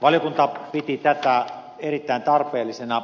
valiokunta piti tätä erittäin tarpeellisena